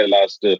Last